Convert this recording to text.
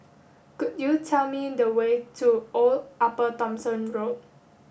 could you tell me the way to Old Upper Thomson Road